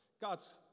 God's